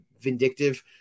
Vindictive